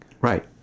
Right